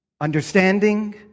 Understanding